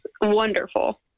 wonderful